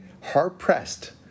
hard-pressed